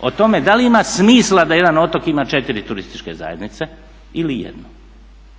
O tome da li ima smisla da jedan otok ima 4 turističke zajednice ili jednu?